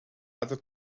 other